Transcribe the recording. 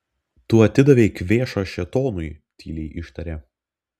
tu atidavei kvėšą šėtonui tyliai ištarė